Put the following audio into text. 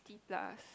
sixty plus